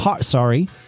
sorry